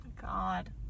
God